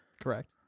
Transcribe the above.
Correct